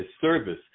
service